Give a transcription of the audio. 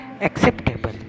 acceptable